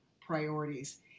priorities